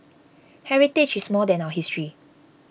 heritage is more than our history